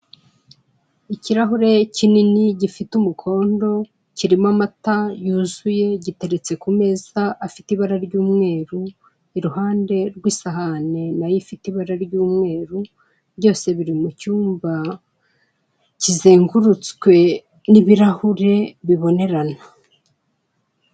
Ikirahure kinini gifite umukondo, kirimo amata yuzuye. Giteretse ku meza afite ibara ry'umweru, iruhande rw'isahane na yo ifite ibara ry'umweru, byose biri mu cyumba kizengurutswe n'ibirahure bibonerana.